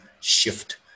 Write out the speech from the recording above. shift